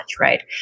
Right